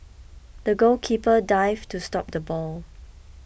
the goalkeeper dived to stop the ball